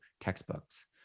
textbooks